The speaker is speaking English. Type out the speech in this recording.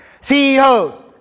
CEOs